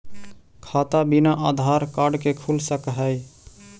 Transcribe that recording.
खाता बिना आधार कार्ड के खुल सक है?